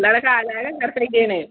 लड़का आ जाएगा घर तक देने